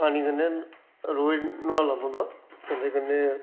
पानी कन्नै रोज न्होआलना पौंदा ओह्दे कन्नै